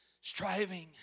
striving